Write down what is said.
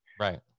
Right